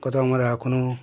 কথা আমরা এখনও